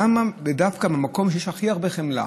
למה זה דווקא במקום שיש הכי הרבה חמלה?